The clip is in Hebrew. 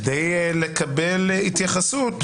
כדי לקבל התייחסות